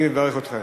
אני מברך אתכם.